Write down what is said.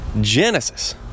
genesis